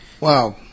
Wow